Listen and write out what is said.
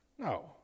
no